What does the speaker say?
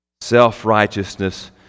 Self-righteousness